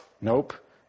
Nope